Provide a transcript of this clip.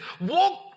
Walk